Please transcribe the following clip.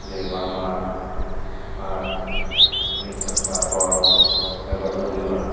ᱡᱮ ᱵᱟᱝᱢᱟ ᱟᱨ ᱢᱤᱫ ᱥᱚᱯᱛᱟᱦᱚ ᱯᱚᱨ ᱦᱚᱭ ᱵᱟᱹᱨᱰᱩ ᱦᱩᱭᱩᱜᱼᱟ